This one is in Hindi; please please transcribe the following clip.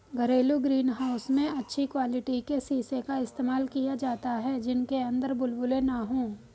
घरेलू ग्रीन हाउस में अच्छी क्वालिटी के शीशे का इस्तेमाल किया जाता है जिनके अंदर बुलबुले ना हो